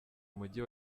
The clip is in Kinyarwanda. umujyi